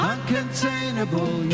Uncontainable